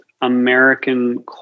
American